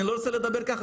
אני לא רוצה לדבר ככה,